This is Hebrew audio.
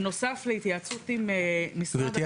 בנוסף להתייעצות עם משרד הפנים --- גברתי,